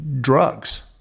drugs